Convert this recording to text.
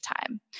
time